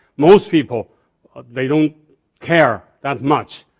most people they don't care that much.